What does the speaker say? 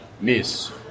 Miss